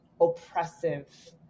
oppressive